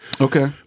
Okay